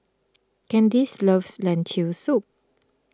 Candyce loves Lentil Soup